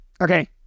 Okay